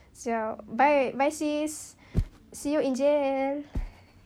siao bye bye sis see you in jail